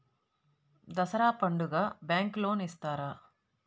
దసరా పండుగ bank loan ఇస్తారా?